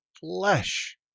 flesh